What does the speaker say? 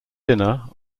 dinner